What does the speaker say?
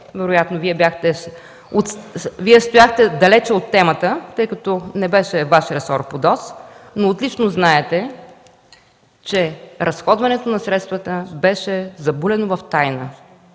Вие да стоите далеч от темата, тъй като ПУДООС не беше Ваш ресор, но отлично знаете, че разходването на средствата беше забулено в тайна.